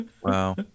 wow